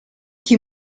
chi